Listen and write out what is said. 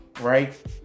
right